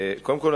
קודם כול,